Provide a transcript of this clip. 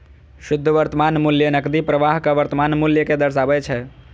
शुद्ध वर्तमान मूल्य नकदी प्रवाहक वर्तमान मूल्य कें दर्शाबै छै